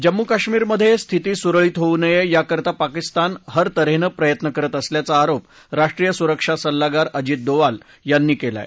जम्मू कश्मीरमधे स्थिती सुरळीत होऊ नये याकरता पाकिस्तान हरत हेने प्रयत्न करत असल्याचा आरोप राष्ट्रीय सुरक्षा सल्लागार अजित दोवाल यांनी केला आहे